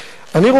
אני רוצה,